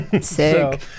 sick